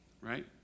right